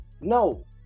No